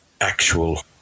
actual